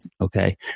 okay